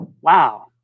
Wow